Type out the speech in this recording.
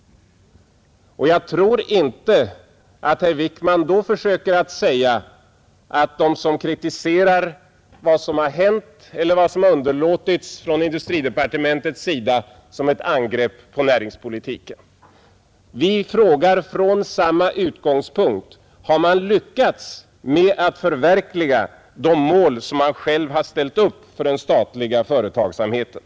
Jag tror inte att herr Wickman då skall försöka säga att kritik mot vad som hänt eller vad som underlåtits från industridepartementets sida är ett angrepp på näringspolitiken. Vi frågar från samma utgångspunkt: Har man lyckats att förverkliga de mål som man själv har ställt upp för den statliga företagsamheten?